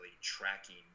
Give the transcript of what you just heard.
tracking